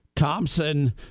Thompson